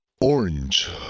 Orange